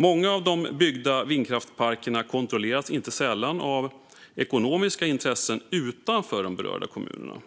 Många av de byggda vindkraftsparkerna kontrolleras inte sällan av ekonomiska intressen utanför de berörda kommunerna, och